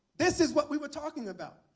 this is what we were talking about.